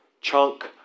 chunk